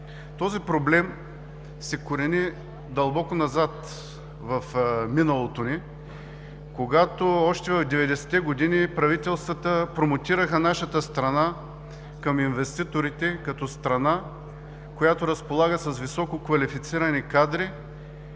Този проблем се корени дълбоко назад в миналото ни, когато още в 90-те години правителствата промотираха нашата страна към инвеститорите като страна, която разполага с висококвалифицирани кадри,